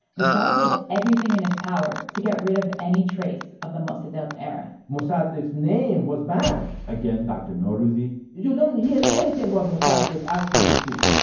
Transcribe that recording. the shah did everything in his power to get rid of any trace of the mossadegh era mossadegh's name was banned again, dr. norouzi you don't hear anything about mossadegh after the coup.